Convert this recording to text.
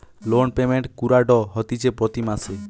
loan payment কুরঢ হতিছে প্রতি মাসে